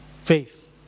faith